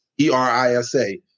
E-R-I-S-A